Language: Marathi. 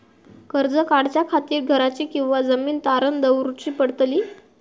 कर्ज काढच्या खातीर घराची किंवा जमीन तारण दवरूची पडतली?